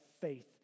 faith